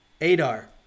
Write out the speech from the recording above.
Adar